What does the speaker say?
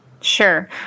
Sure